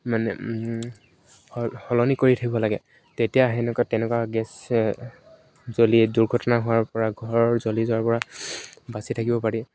মানে সলনি কৰি থাকিব লাগে তেতিয়া সেনেকুৱা তেনেকুৱা গেছ জ্বলিয়ে দুৰ্ঘটনা হোৱাৰ পৰা ঘৰৰ জ্বলি যোৱাৰ পৰা বাচি থাকিব পাৰি